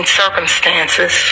circumstances